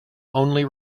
only